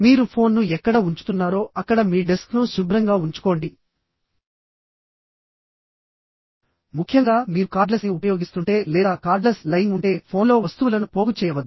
మీరు ఫోన్ను ఎక్కడ ఉంచుతున్నారో అక్కడ మీ డెస్క్ను శుభ్రంగా ఉంచుకోండి ముఖ్యంగా మీరు కార్డ్లెస్ని ఉపయోగిస్తుంటే లేదా కార్డ్లెస్ లైయింగ్ ఉంటే ఫోన్లో వస్తువులను పోగు చేయవద్దు